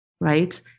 right